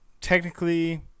technically